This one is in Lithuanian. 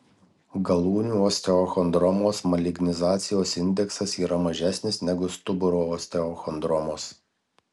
galūnių osteochondromos malignizacijos indeksas yra mažesnis negu stuburo osteochondromos